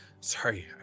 Sorry